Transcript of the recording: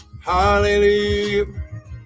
Hallelujah